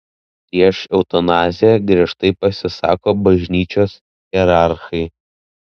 prieš eutanaziją giežtai pasisako bažnyčios hierarchai